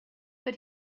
but